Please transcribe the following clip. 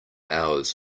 hours